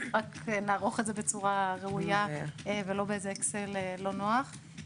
רק נערוך את זה בצורה ראויה ולא באיזה אקסל לא נוח.